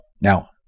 Now